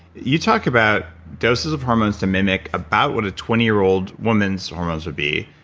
you talk about doses of hormones to mimic about what a twenty year old woman's hormones would be.